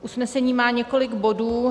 Usnesení má několik bodů.